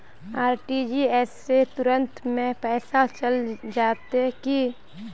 RTGS से तुरंत में पैसा चल जयते की?